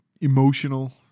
emotional